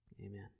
Amen